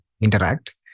interact